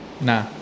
Nah